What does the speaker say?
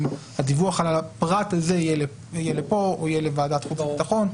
אם הפרט הזה בדיווח יהיה לפה או יהיה לוועדת חוץ וביטחון.